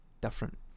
different